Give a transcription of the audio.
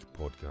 podcast